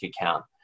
account